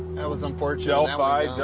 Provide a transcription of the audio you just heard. that was unfortunate. delphi.